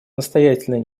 настоятельной